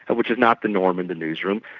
and which is not the norm in the newsroom.